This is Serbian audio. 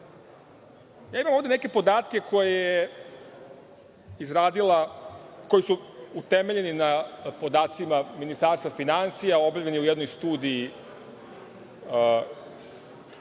Imam ovde neke podatke koje su utemeljeni na podacima Ministarstva finansija, objavljeni u jednoj studiji